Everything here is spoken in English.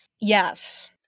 Yes